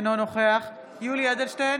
אינו נוכח יולי יואל אדלשטיין,